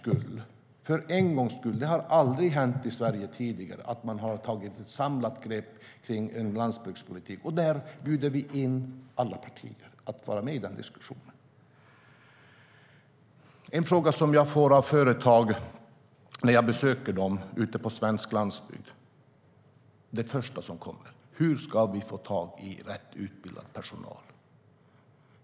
Det har aldrig hänt i Sverige tidigare att man har tagit ett samlat grepp om en landsbygdspolitik. Där bjuder vi in alla partier att vara med i den diskussionen. Den första fråga som jag får av företag på svensk landsbygd när jag besöker dem är: Hur ska vi få tag i rätt utbildad personal?